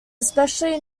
especially